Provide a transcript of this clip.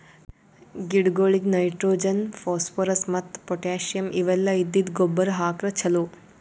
ಗಿಡಗೊಳಿಗ್ nitrogen, phosphorus ಮತ್ತ್ potassium ಇವೆಲ್ಲ ಇದ್ದಿದ್ದ್ ಗೊಬ್ಬರ್ ಹಾಕ್ರ್ ಛಲೋ